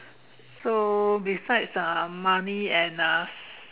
so besides uh money and uh